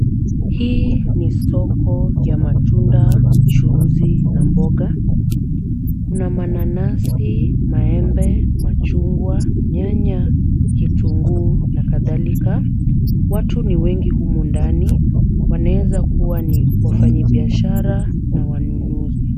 Hii ni soko ya matunda, mchuuzi na mboga. Kuna mananasi, maembe, machungwa, nyanya, kitunguu na kadhalika. Watu ni wengi humu ndani. Wanaweza kuwa ni wafanyibiashara na wanunuzi.